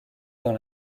dans